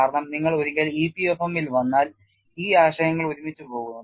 കാരണം നിങ്ങൾ ഒരിക്കൽ EPFM ൽ വന്നാൽ ഈ ആശയങ്ങൾ ഒരുമിച്ച് പോകുന്നു